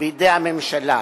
בידי הממשלה.